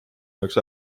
jaoks